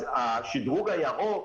השדרוג הירוק,